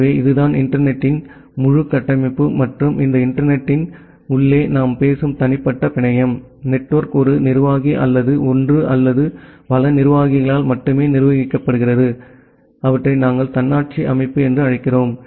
எனவே இதுதான் இன்டர்நெட் த்தின் முழு கட்டமைப்பு மற்றும் இந்த இன்டர்நெட் த்தின் உள்ளே நாம் பேசும் தனிப்பட்ட பிணையம் நெட்வொர்க் ஒரு நிர்வாகி அல்லது ஒன்று அல்லது பல நிர்வாகிகளால் மட்டுமே நிர்வகிக்கப்படுகிறது அவற்றை நாங்கள் தன்னாட்சி அமைப்பு என்று அழைக்கிறோம்